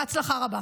בהצלחה רבה.